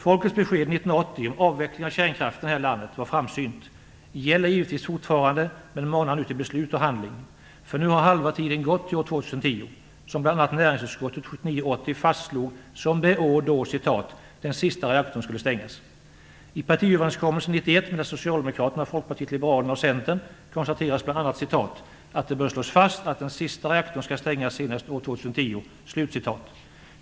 Folkets besked 1980 om avveckling av kärnkraften här i landet var framsynt. Det gäller givetvis fortfarande, men manar nu till beslut och handling. För nu har halva tiden gått till år 2010, som bl.a. näringsutskottet 1979/80 fastslog som det år då "den sista reaktorn skulle stängas". I partiöverenskommelsen 1991 mellan Socialdemokraterna, Folkpartiet liberalerna och Centern konstateras bl.a. "att det bör slås fast att den sista reaktorn skall stängas senast år 2010".